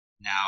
Now